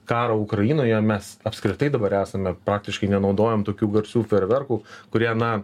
karą ukrainoje mes apskritai dabar esame praktiškai nenaudojam tokių garsių fejerverkų kurie na